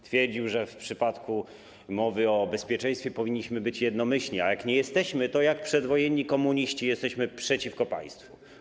Twierdził, że w przypadku rozmowy o bezpieczeństwie powinniśmy być jednomyślni, a jak nie jesteśmy, to tak jak przedwojenni komuniści jesteśmy przeciwko państwu.